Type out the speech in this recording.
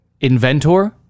Inventor